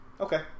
okay